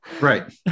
Right